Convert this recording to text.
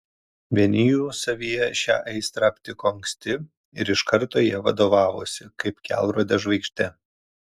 vieni jų savyje šią aistrą aptiko anksti ir iš karto ja vadovavosi kaip kelrode žvaigžde